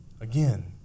Again